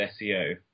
SEO